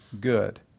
good